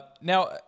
Now